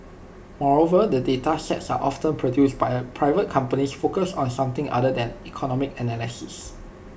moreover the data sets are often produced by A private companies focused on something other than economic analysis